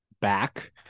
back